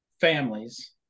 families